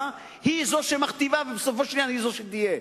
היא זו שמכתיבה ובסופו של עניין היא זו שתהיה.